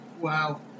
Wow